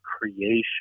creation